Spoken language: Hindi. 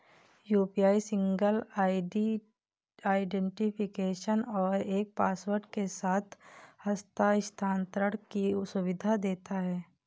यू.पी.आई सिंगल आईडेंटिफिकेशन और एक पासवर्ड के साथ हस्थानांतरण की सुविधा देता है